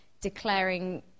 declaring